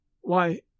Why